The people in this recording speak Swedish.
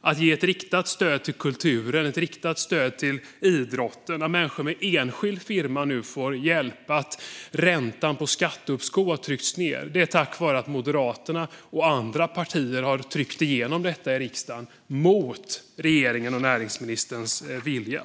Att det ges ett riktat stöd till kulturen och till idrotten, att människor med enskild firma nu får hjälp och att räntan på skatteuppskov har tryckts ned är tack vare att Moderaterna och andra partier har tryckt igenom detta i riksdagen mot regeringens och näringsministerns vilja.